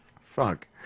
Fuck